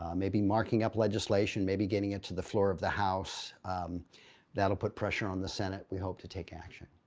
um maybe marking up legislation, maybe getting it to the floor of the house that'll put pressure on the senate. we hope to take action.